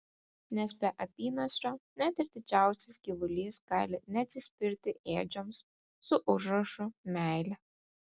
nes be apynasrio net ir didžiausias gyvulys gali neatsispirti ėdžioms su užrašu meilė